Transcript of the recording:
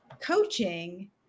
coaching